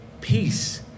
peace